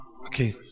Okay